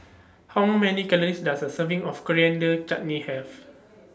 How Many Calories Does A Serving of Coriander Chutney Have